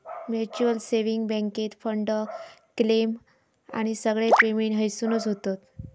mutual saving बॅन्केत fund, claim आणि सगळे पेमेंट हयसूनच होतत